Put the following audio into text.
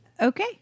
Okay